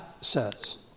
says